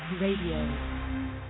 Radio